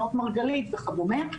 נאות מרגלית וכדומה,